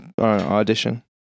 audition